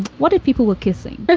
what if people were kissing? but